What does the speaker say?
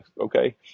okay